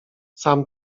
sam